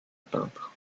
peintre